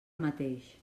mateix